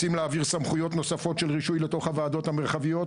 רוצים להעביר סמכויות נוספות של רישוי לתוך הוועדות המרחביות,